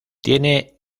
tiene